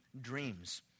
dreams